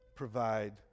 provide